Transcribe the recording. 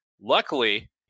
Luckily